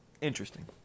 Interesting